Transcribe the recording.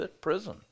prison